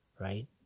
right